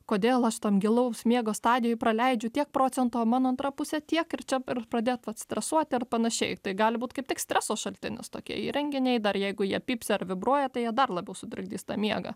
kodėl aš tam gilaus miego stadijoj praleidžiu tiek procentų o mano antra pusė tiek ir čia ir pradėt vat stresuoti ar panašiai tai gali būti kaip tik streso šaltinis tokie įrenginiai dar jeigu jie pypsi ar vibruoja tai jie dar labiau sutrikdys miegą